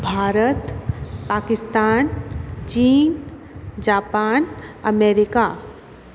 भारत पाकिस्तान चीन Japan America